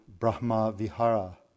Brahma-vihara